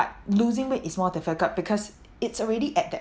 losing weight is more difficult because it's already at that